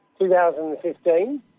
2015